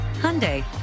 Hyundai